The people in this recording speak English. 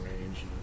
range